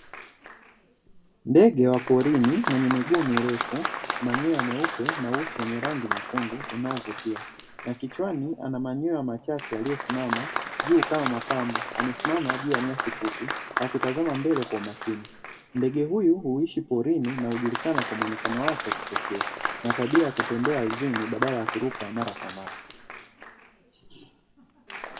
Ndege wa porini mwenye miguu mirefu, manyoya meupe na uso wenye rangi nyekundu unaovutia. Na kichwani ana manyoya machache yaliyosimama juu kama mapambo. Amesimama juu ya nyasi fupi, akitazama mbele kwa makini. Ndege huyu huishi porini na hujulikana kwa mwonekano wake wa kipekee na tabia ya kutembea urdhini badala ya kuruka mara kwa mara.